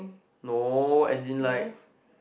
no as in like